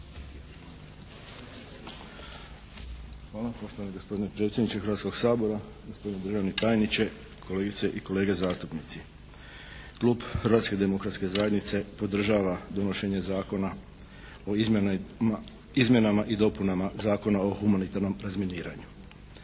Hvala. Poštovani gospodine predsjedniče Hrvatskoga sabora, gospodine državni tajniče, kolegice i kolege zastupnici. Klub Hrvatske demokratske zajednice podržava donošenje Zakona o izmjenama i dopunama Zakona o humanitarnom razminiranju.